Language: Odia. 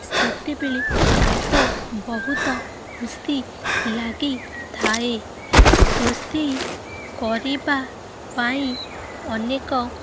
ସେତେବେଳେ ତାଙ୍କୁ ବହୁତ ଖୁସି ଲାଗିଥାଏ ରୋଷେଇ କରିବା ପାଇଁ ଅନେକ